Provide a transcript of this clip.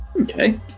Okay